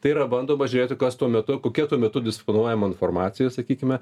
tai yra bandoma žiūrėti kas tuo metu kokia tuo metu disponuojama informacija sakykime